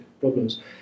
problems